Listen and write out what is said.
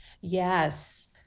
Yes